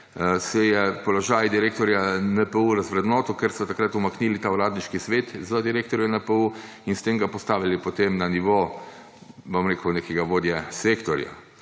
položaj direktorja NPU razvrednotil, ker so takrat umaknili ta uradniški svet za direktorja NPU in s tem ga postavili potem na nivo, bom rekel, nekega vodje sektorja.